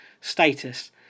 status